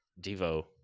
Devo